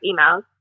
emails